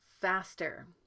faster